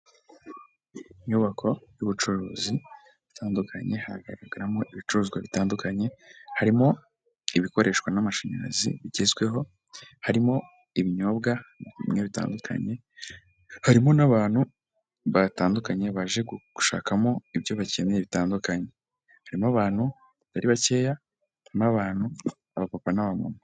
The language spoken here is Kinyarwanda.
Inyubako y'ubucuruzi itandukanye haragaragaramo ibicuruzwa bitandukanye, harimo ibikoreshwa n'amashanyarazi bigezweho, harimo ibinyobwa bitandukanye, harimo n'abantu batandukanye baje gushakamo ibyo bakeneye bitandukanye harimo abantu batari bakeya, harimo abantu abapapa n'abamama.